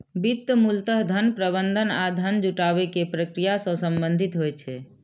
वित्त मूलतः धन प्रबंधन आ धन जुटाबै के प्रक्रिया सं संबंधित होइ छै